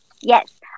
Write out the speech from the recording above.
yes